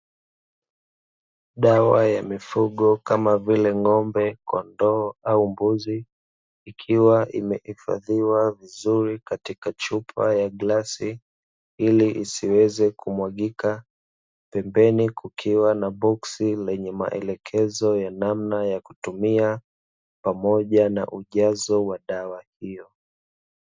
Dawa ya mifugo kama vile: ng'ombe, kondoo au mbuzi, ikiwa imehifadhiwa vizuri katika chupa ya glasi ili isiweze kumwagika. Pembeni kukiwa na boksi lenye maelekezo ya namna ya kutumia, pamoja na ujazo wa dawa hio.